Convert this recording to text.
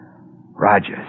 Rogers